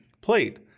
played